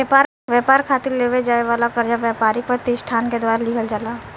ब्यपार खातिर लेवे जाए वाला कर्जा ब्यपारिक पर तिसठान के द्वारा लिहल जाला